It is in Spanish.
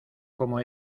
como